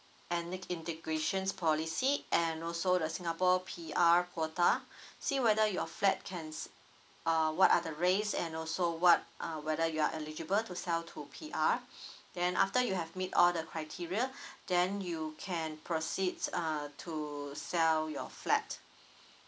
ethinc integrations policy and also the singapore P_R quota see whether your flat can uh what are the race and also what uh whether you are eligible to sell to P_R then after you have meet all the criteria then you can proceed uh to sell your flat